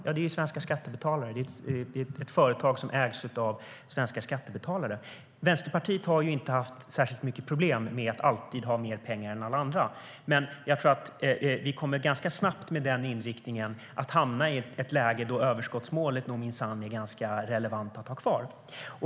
Jo, svenska skattebetalare, det företag som ägs av svenska skattebetalare. Vänsterpartiet har inte haft särskilt stora problem med att alltid ha mer pengar än alla andra, men med den inriktningen kommer vi att ganska snabbt hamna i ett läge då överskottsmålet minsann är relevant att ha kvar.